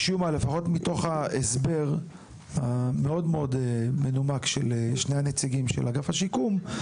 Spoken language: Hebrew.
לפחות מתוך ההסבר המאוד מנומק של שני הנציגים של אגף השיקום,